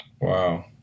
Wow